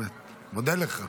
באמת, מודה לך.